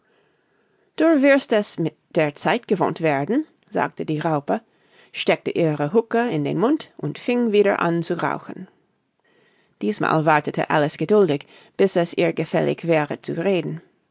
dur wirst es mit der zeit gewohnt werden sagte die raupe steckte ihre huhka in den mund und fing wieder an zu rauchen diesmal wartete alice geduldig bis es ihr gefällig wäre zu reden